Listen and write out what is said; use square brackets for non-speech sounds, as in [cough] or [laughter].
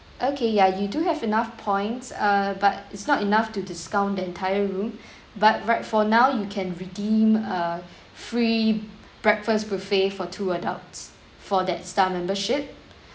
okay ya you do have enough points err but it's not enough to discount the entire room [breath] but right for now you can redeem a free breakfast buffet for two adults for that star membership